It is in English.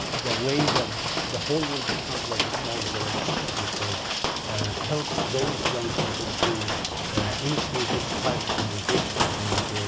the way the the whole world becomes like a small village as we say help those young people to initiate this type of conversation and